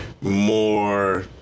more